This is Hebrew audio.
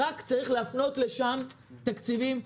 רק צריך להפנות לשם תקציבים,